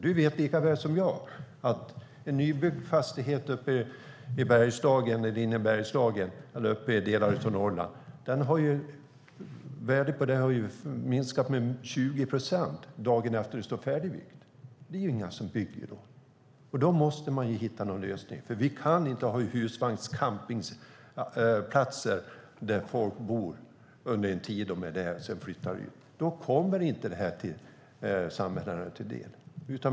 Du vet lika väl som jag att värdet på en nybyggd fastighet i det inre av Bergslagen eller uppe i delar av Norrland har minskat med 20 procent dagen efter den står färdig. Det är inga som bygger då. Där måste man hitta någon lösning. Vi kan inte ha husvagnscampingsplatser där folk bor under den tid de är verksamma på platsen och sedan flyttar. Då kommer inte detta samhällena till del.